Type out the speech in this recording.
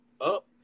up